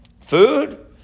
Food